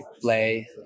play